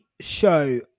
show